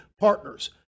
partners